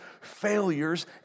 failures